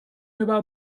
über